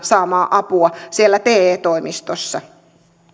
saamaa apua siellä te toimistossa